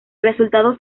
resultado